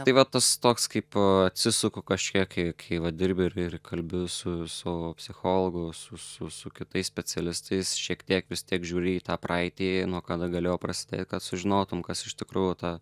tai va tas toks kaip atsisuku kažkiek kai kai va dirbi ir ir kalbi su su psichologu su su su kitais specialistais šiek tiek vis tiek žiūri į tą praeitį nuo kada galėjo prasidėt kad sužinotum kas iš tikrųjų ta